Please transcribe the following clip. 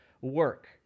work